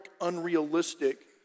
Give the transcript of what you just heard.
unrealistic